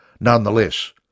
Nonetheless